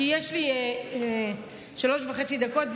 כי יש לי שלוש וחצי דקות,